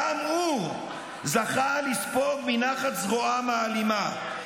גם הוא זכה לספוג מנחת זרועם האלימה.